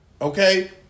Okay